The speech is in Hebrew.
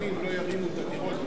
שהקבלנים לא ירימו את הדירות,